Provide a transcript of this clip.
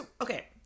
okay